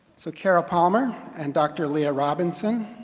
so kara palmer and dr. leah robinson,